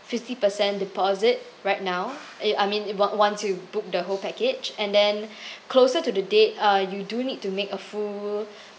fifty percent deposit right now I I mean if on~ once you book the whole package and then closer to the date uh you do need to make a full